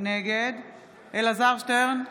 נגד אלעזר שטרן,